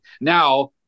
Now